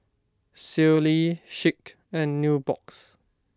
Sealy Schick and Nubox